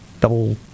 Double